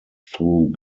through